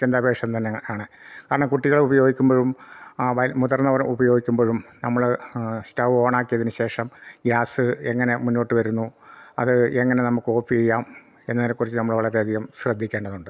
അത്യന്താപേഷിതം തന്നൊണ് കാരണം കുട്ടികൾ ഉപയോഗിക്കുമ്പോഴും മുതിർന്നവർ ഉപയോഗിക്കുമ്പോഴും നമ്മൾ സ്റ്റവ് ഓണാക്കിയതിന് ശേഷം ഗ്യാസ് എങ്ങനെ മുന്നോട്ട് വരുന്നു അത് എങ്ങനെ നമുക്ക് ഓഫ് ചെയ്യാം എന്നതിനെക്കുറിച്ചു നമ്മൾ വളരെയധികം ശ്രദ്ധിക്കേണ്ടതുണ്ട്